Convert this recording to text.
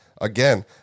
Again